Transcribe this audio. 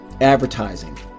advertising